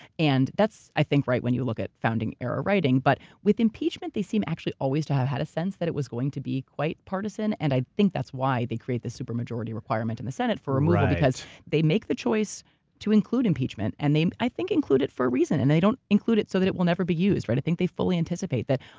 and that's, i think, right when you look at founding error writing, but with impeachment, they seem actually always to have had a sense that it was going to be quite partisan and i think that's why they created this supermajority requirement in the senate for removal because they make the choice to include impeachment and they, i think, include it for a reason. and they don't include it so that it will never be used. i think they fully anticipate that,